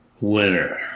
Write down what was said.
winner